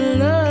love